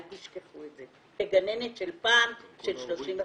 אל תשכחו את זה, כגננת של פעם, של 35 שנה.